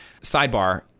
sidebar